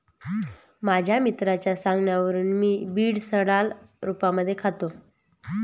माझ्या मित्राच्या सांगण्यावरून मी बीड सलाड रूपामध्ये खातो